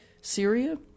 Syria